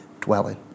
dwelling